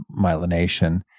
myelination